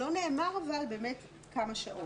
אבל לא נאמר כמה שעות.